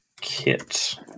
kit